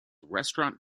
restaurant